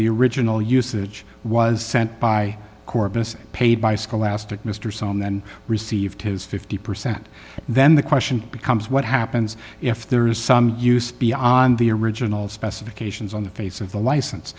the original usage was sent by corpus paid by scholastic mr sullum then received his fifty percent then the question becomes what happens if there is some use beyond the original specifications on the face of the license